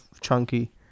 chunky